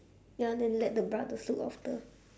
ya then let the brothers look after